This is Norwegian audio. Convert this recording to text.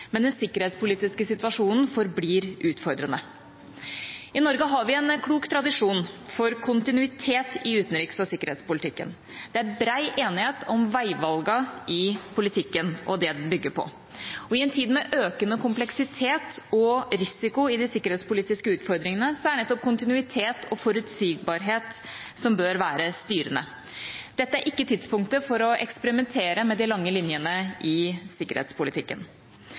men den sikkerhetspolitiske situasjonen forblir utfordrende. I Norge har vi en klok tradisjon for kontinuitet i utenriks- og sikkerhetspolitikken. Det er bred enighet om veivalgene i politikken og det den bygger på. I en tid med økende kompleksitet og risiko i de sikkerhetspolitiske utfordringene er det nettopp kontinuitet og forutsigbarhet som bør være styrende. Dette er ikke tidspunktet for å eksperimentere med de lange linjene i sikkerhetspolitikken.